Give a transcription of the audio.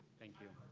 thank you.